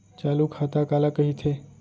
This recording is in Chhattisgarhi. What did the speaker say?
चालू खाता काला कहिथे?